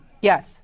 Yes